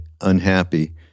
unhappy